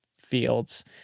fields